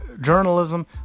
journalism